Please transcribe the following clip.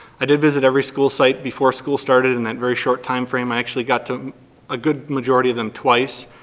i did visit every school site before school started in that very short time frame. i actually got to a good majority of them twice.